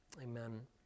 amen